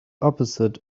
opposite